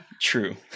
True